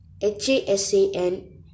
H-A-S-A-N